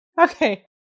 Okay